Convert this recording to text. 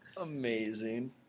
Amazing